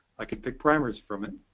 i could pick primers from it.